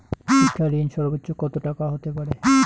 শিক্ষা ঋণ সর্বোচ্চ কত টাকার হতে পারে?